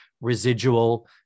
residual